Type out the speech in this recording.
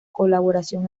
colaboración